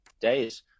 days